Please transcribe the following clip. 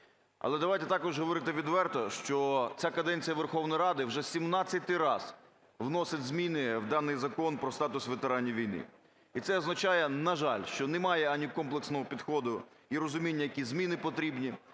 Але давайте також говорити відверто, що ця каденція Верховної Ради вже 17 раз вносить зміни в даний Закон про статус ветеранів війни. І це означає, на жаль, що немає ані комплексного підходу і розуміння, які зміни потрібні,